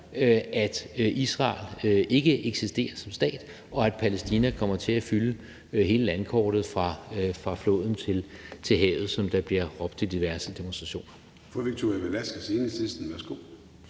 at Israel ikke eksisterer som stat, og at Palæstina kommer til at fylde hele landkortet fra floden til havet, som der bliver råbt under diverse demonstrationer.